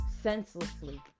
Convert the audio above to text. senselessly